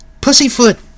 Pussyfoot